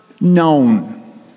known